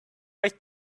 right